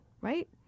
right